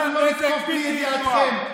אנחנו לא נתקוף בלי ידיעתכם.